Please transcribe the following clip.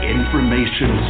Information